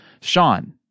Sean